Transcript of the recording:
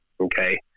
Okay